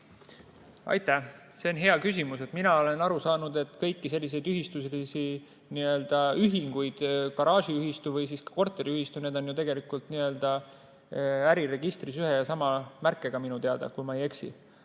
Aitäh! See on hea küsimus. Mina olen aru saanud, et kõik sellised n-ö ühistulised ühingud –garaažiühistu ja korteriühistu – on ju tegelikult äriregistris ühe ja sama märkega minu teada. Kui ma eksin,